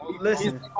listen